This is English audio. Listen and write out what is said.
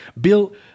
Bill